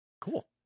Cool